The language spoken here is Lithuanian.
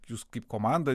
jūs kaip komanda